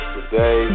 Today